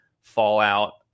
fallout